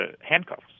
handcuffs